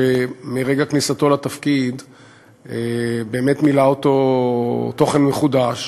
שמרגע כניסתו לתפקיד באמת מילא אותו תוכן מחודש